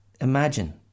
imagine